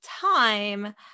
time